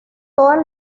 todas